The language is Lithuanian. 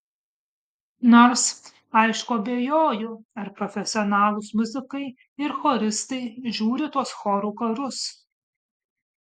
nors aišku abejoju ar profesionalūs muzikai ir choristai žiūri tuos chorų karus